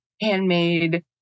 handmade